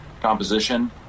Composition